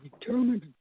determined